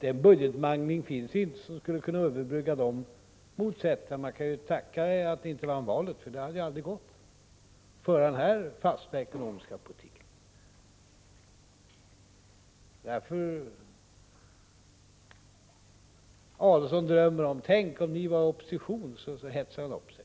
Den budgetmangling finns inte som skulle kunna överbrygga sådana motsättningar. Man kan vara tacksam över att ni inte vann valet. Det hade aldrig gått för er att föra en fast ekonomisk politik. Adelsohn drömmer och säger: Tänk om ni vore i opposition. Och så hetsar han upp sig.